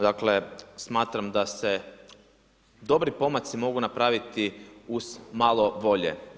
Dakle smatram da se dobri pomaci mogu napraviti uz malo volje.